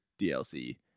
DLC